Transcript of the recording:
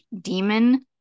demon